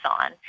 on